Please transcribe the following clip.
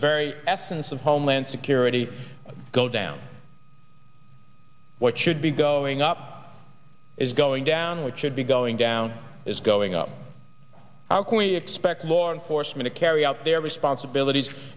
very essence of homeland security go down what should be going up is going down which should be going down is going up how can we expect law enforcement to carry out their responsibilities